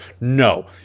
No